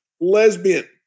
lesbian